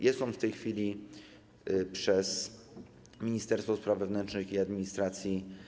Jest on w tej chwili analizowany przez Ministerstwo Spraw Wewnętrznych i Administracji.